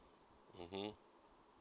mmhmm